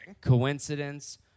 coincidence